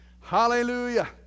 Hallelujah